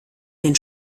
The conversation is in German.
den